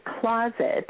closet